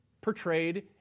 portrayed